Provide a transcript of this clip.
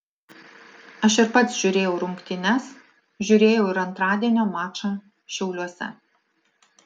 aš ir pats žiūrėjau rungtynes žiūrėjau ir antradienio mačą šiauliuose